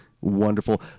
Wonderful